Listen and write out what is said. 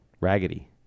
raggedy